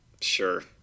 sure